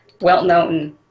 well-known